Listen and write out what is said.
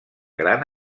gran